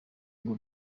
ngo